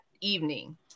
evening